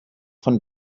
von